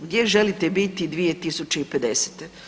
Gdje želite biti 2050.